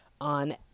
on